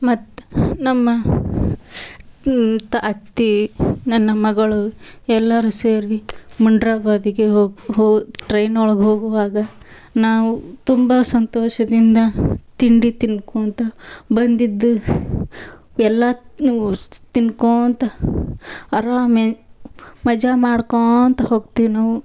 ಮತ್ತು ನಮ್ಮ ತ ಅತ್ತೆ ನನ್ನ ಮಗಳು ಎಲ್ಲರೂ ಸೇರಿ ಮುನ್ರಾಬಾದಿಗೆ ಹೋಗಿ ಹೋ ಟ್ರೈನ್ ಒಳ್ಗೆ ಹೋಗುವಾಗ ನಾವು ತುಂಬ ಸಂತೋಷದಿಂದ ತಿಂಡಿ ತಿನ್ಕೊತ ಬಂದಿದ್ದು ಎಲ್ಲ ನೂ ತಿನ್ಕೋತ ಆರಾಮೆ ಮಜಾ ಮಾಡ್ಕೋತ ಹೋಗ್ತೀವಿ ನಾವು